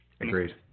Agreed